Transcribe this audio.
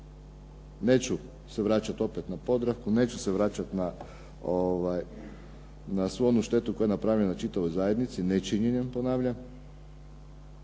Neću se vraćati opet na "Podravku", neću se vraćati na svu onu štetu koja je napravljena čitavoj zajednici nečinjenjem ponavljam.